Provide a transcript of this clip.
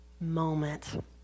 moment